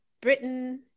Britain